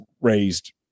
raised